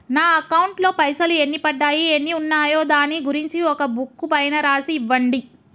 నా అకౌంట్ లో పైసలు ఎన్ని పడ్డాయి ఎన్ని ఉన్నాయో దాని గురించి ఒక బుక్కు పైన రాసి ఇవ్వండి?